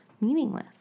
meaningless